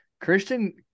Christian